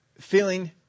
Feeling